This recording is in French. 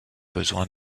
besoin